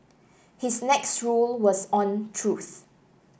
his next rule was on truth